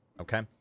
okay